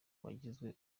wagizwe